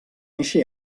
eixe